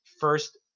first